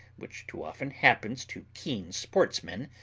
which too often happens to keen sportsmen,